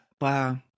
wow